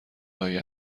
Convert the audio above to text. هایی